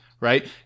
right